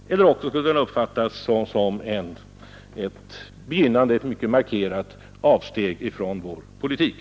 Eller också hade den uppfattats som ett begynnande och mycket markerat avsteg från vår politik.